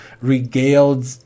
regaled